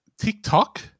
TikTok